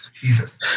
Jesus